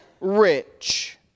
rich